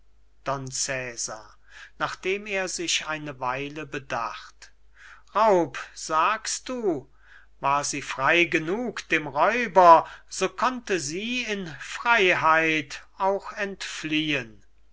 don cesar nachdem er sich eine weile bedacht raub sagst du war sie frei genug dem räuber so konnte sie in freiheit auch entfliehen